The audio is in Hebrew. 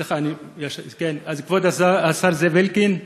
סליחה, סליחה, כבוד השר, סליחה.